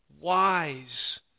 wise